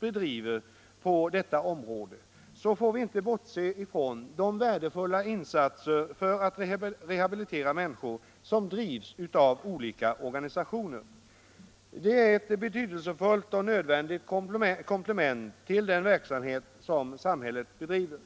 bedriver på detta område får vi inte bortse från de värdefulla insatser för att rehabilitera människor som görs av olika organisationer. Det är ett betydelsefullt och nödvändigt komplement till den verksamhet som samhället bedriver.